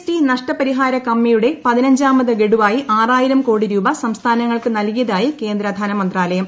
T നഷ്ടപരിഹാര കമ്മിയുടെ പതിനഞ്ചാമത് ഗഡുവായി ആറായിരം കോടി രൂപ സംസ്ഥാനങ്ങൾക്ക് നൽകിയതായി കേന്ദ്ര ധനമന്ത്രാലയം